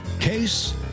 Case